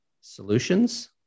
solutions